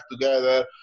together